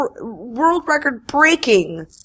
world-record-breaking